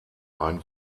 ein